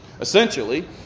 essentially